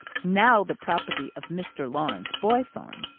now the property of mr. lawrence boythorn,